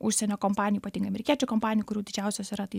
užsienio kompanijų ypatingai amerikiečių kompanijų kurių didžiausios yra tai